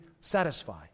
satisfy